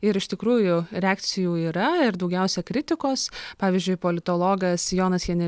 ir iš tikrųjų reakcijų yra ir daugiausia kritikos pavyzdžiui politologas jonas jane